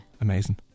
Amazing